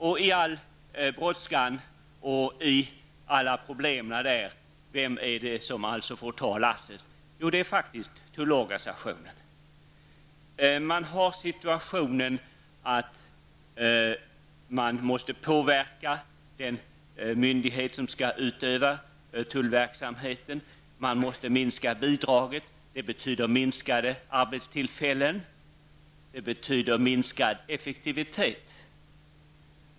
Vilken part är det som får dra lasset i all brådskan och med alla problemen? Jo, det är tullorganisationen. Man är i den situationen att man måste påverka den myndighet som skall utöva tullverksamheten. Man måste minska bidraget, vilket betyder färre arbetstillfällen och försämrad effektivitet.